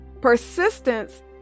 persistence